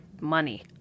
money